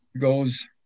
goes